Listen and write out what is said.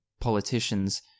politicians